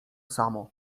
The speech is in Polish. samo